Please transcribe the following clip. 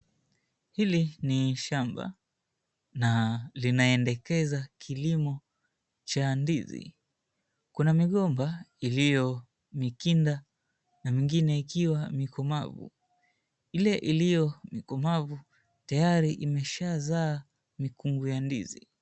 Hili ni shamba na linaendekeza kilimo cha ndizi. Kuna migomba iliyo mikinda na mingine ikiwa mikomavu. Ile iliyo komavu tayari imeshazaa mikungu ya ndizi.